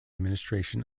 administration